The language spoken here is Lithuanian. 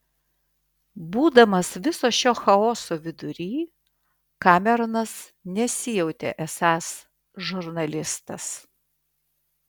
būdamas viso šio chaoso vidury kameronas nesijautė esąs žurnalistas